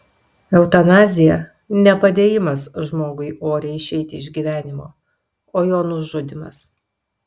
eutanazija ne padėjimas žmogui oriai išeiti iš gyvenimo o jo nužudymas